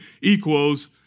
equals